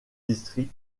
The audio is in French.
district